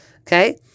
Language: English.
Okay